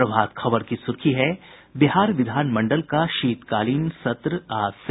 प्रभात खबर की सुर्खी है बिहार विधानमंडल का शीतकालीन सत्र आज से